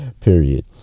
period